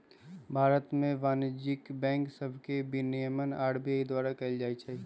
भारत में वाणिज्यिक बैंक सभके विनियमन आर.बी.आई द्वारा कएल जाइ छइ